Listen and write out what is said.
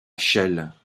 chelles